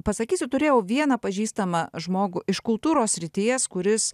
pasakysiu turėjau vieną pažįstamą žmogų iš kultūros srities kuris